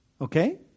Okay